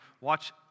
watch